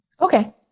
Okay